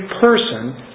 person